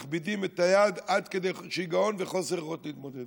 מכבידים את היד עד כדי שיגעון וחוסר יכולת להתמודד.